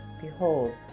Behold